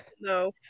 No